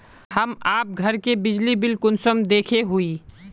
हम आप घर के बिजली बिल कुंसम देखे हुई?